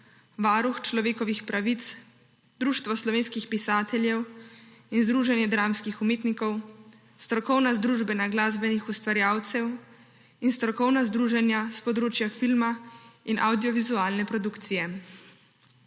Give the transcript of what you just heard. Varuh človekovih pravic, Društvo slovenskih pisateljev in Združenje dramskih umetnikov, strokovna združenja glasbenih ustvarjalcev in strokovna združenja s področja filma in avdiovizualne produkcije.